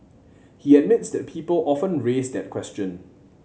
he admits that people often raise that question